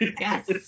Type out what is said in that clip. Yes